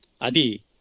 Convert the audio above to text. adi